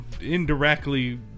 Indirectly